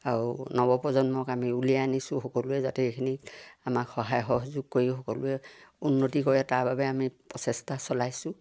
আৰু নৱপ্ৰজন্মক আমি উলিয়াই আনিছোঁ সকলোৱে যাতে এইখিনি আমাক সহায় সহযোগ কৰি সকলোৱে উন্নতি কৰে তাৰ বাবে আমি প্ৰচেষ্টা চলাইছোঁ